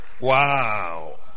Wow